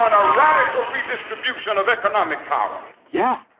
a radical redistribution of economic power! yeah,